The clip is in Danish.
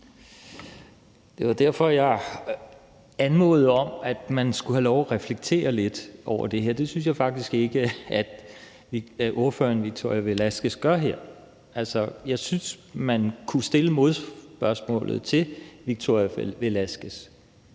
Det var derfor, jeg anmodede om, at man skulle have lov at reflektere lidt over det her. Det synes jeg faktisk ikke at fru Victoria Velasquez gør her. Jeg synes, at man kunne stille følgende modspørgsmål til fru Victoria Velasquez: